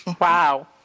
Wow